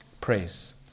Praise